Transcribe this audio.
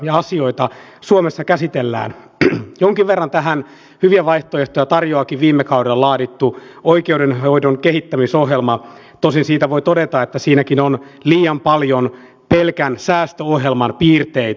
ja kun muutama viikko sitten tuli esille mitä kunnat tekevät omille veroprosenteilleen niin taisi olla että siinäkin on liian paljon pelkän säästöohjelman piirteet